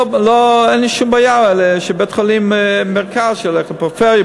אין לי שום בעיה שמבית-חולים במרכז הוא ילך לפריפריה,